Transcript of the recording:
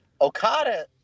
Okada